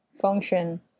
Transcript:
function